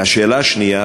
והשאלה השנייה,